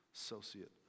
associate